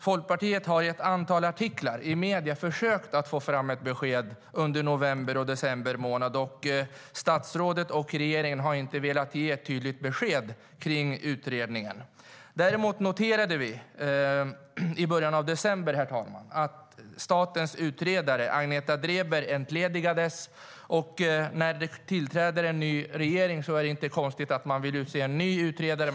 Folkpartiet har i ett antal artiklar i medierna försökt få fram ett besked under november och december månader, men statsrådet och regeringen har inte velat ge något tydligt besked när det gäller utredningen. Vi noterade i början av december att statens utredare, Agneta Dreber, entledigades. När det tillträder en ny regering är det inte konstigt om man vill utse en ny utredare.